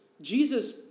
Jesus